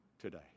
today